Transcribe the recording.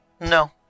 No